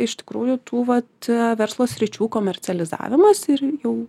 iš tikrųjų tų vat verslo sričių komercializavimas ir jau